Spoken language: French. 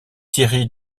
thierry